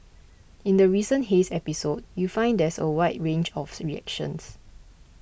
in the recent haze episode you find there's a wide range of the reactions